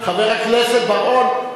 חבר הכנסת בר-און,